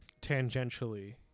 tangentially